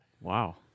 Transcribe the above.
Wow